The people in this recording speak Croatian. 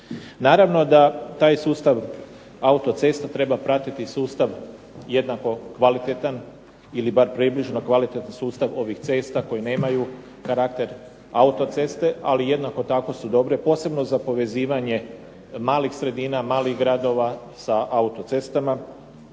kvalitetan ili bar približno kvalitetan sustav jednako kvalitetan ili bar približno kvalitetan sustav ovih cesta koje nemaju karakter autoceste, ali jednako tako su dobre posebno za povezivanje malih sredina, malih gradova sa autocestama,